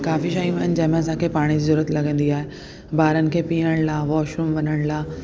काफ़ी शयूं आहिनि जंहिंमें असांखे पाणी जी ज़रूरत लॻंदी आहे ॿारनि खे पीअण लाइ वॉशरूम वञण लाइ